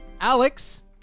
Alex